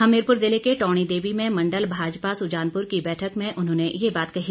हमीरपुर जिले के टौणी देवी में मण्डल भाजपा सुजानपुर की बैठक में उन्होंने ये बात कही